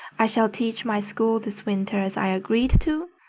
i shall teach my school this winter as i agreed to.